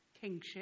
kingship